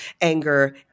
anger